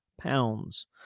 pounds